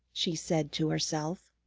she said to herself.